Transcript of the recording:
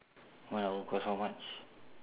one hour cost how much